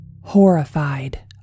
Horrified